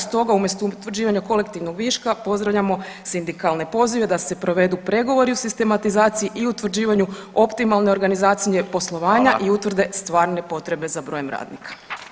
Stoga umjesto utvrđivanja kolektivnog viška pozdravljamo sindikalne pozive da se povedu pregovori u sistematizaciji i utvrđivanju optimalne organizacije poslovanja [[Upadica Radina: Hvala.]] i utvrde stvarne potrebe za brojem radnika.